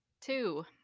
two